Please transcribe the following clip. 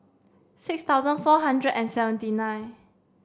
six thousand four hundred and seventy nine